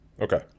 Okay